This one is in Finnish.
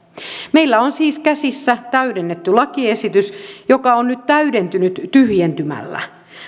meillä on siis käsissä täydennetty lakiesitys joka on nyt täydentynyt tyhjentymällä